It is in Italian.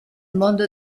mondo